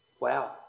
Wow